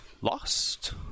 lost